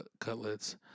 cutlets